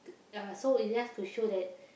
ah so it's just to show that